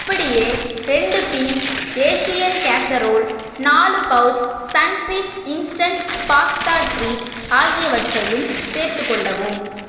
அப்படியே ரெண்டு piece Asian casserole நாலு pouch Sunfeast instant pasta treat ஆகியவற்றையும் சேர்த்துக் கொள்ளவும்